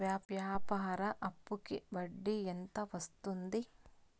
వ్యాపార అప్పుకి వడ్డీ ఎంత వస్తుంది?